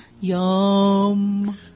Yum